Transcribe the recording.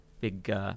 big